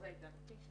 אני מניח שאתה במפקדת